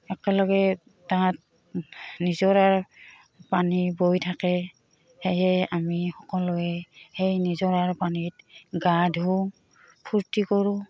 একেলগে তাত নিজৰাৰ পানী বৈ থাকে সেয়ে আমি সকলোৱে সেই নিজৰাৰ পানীত গা ধুওঁ ফূৰ্তি কৰোঁ